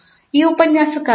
ಈ ಉಪನ್ಯಾಸಕ್ಕಾಗಿ ಅಷ್ಟೆ